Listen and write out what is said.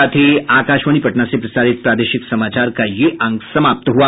इसके साथ ही आकाशवाणी पटना से प्रसारित प्रादेशिक समाचार का ये अंक समाप्त हुआ